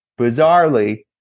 bizarrely